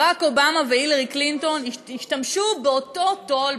ברק אובמה והילרי קלינטון השתמשו באותו תו"ל,